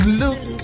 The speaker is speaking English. look